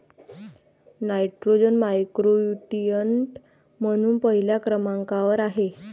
nitrogen macronutrient म्हणून पहिल्या क्रमांकावर आहे